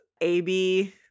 AB